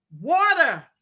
water